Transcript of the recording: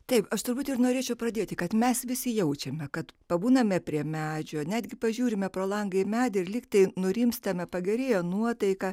taip aš turbūt ir norėčiau pradėti kad mes visi jaučiame kad pabūname prie medžio netgi pažiūrime pro langą į medį ir lyg tai nurimstame pagerėja nuotaika